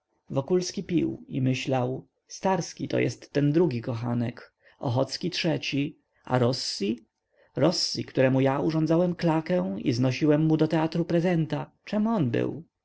wokulski pił i myślał starski to jest ten drugi kochanek ochocki trzeci a rossi rossi któremu ja urządzałem klakę i znosiłem mu do teatru prezenta czemże on był